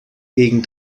gegen